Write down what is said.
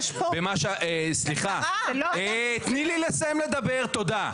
תני לי לסיים לדבר תודה,